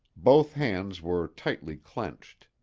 both hands were tightly clenched.